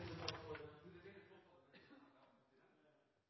Takk for